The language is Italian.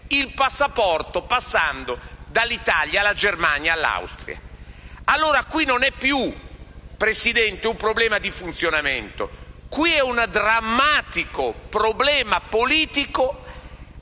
il passaporto passando dall'Italia alla Germania e all'Austria. Allora qui non si tratta più di un problema di funzionamento: è un drammatico problema politico